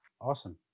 awesome